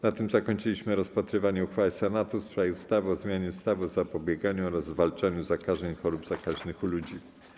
Na tym zakończyliśmy rozpatrywanie uchwały Senatu w sprawie ustawy o zmianie ustawy o zapobieganiu oraz zwalczaniu zakażeń i chorób zakaźnych u ludzi.